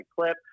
clip